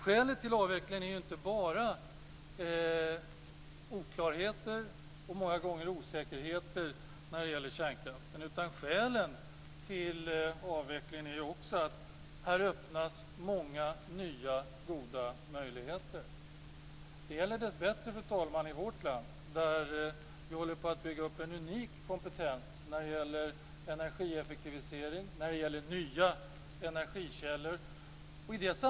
Skälet till avveckling är inte bara oklarheter och många gånger osäkerheter när det gäller kärnkraften, utan skälen till avvecklingen är också att det medför många nya, goda möjligheter. Det gäller i vårt land där vi håller på att bygga upp en unik kompetens i fråga om energieffektivisering och nya energikällor.